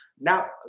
Now